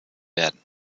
werden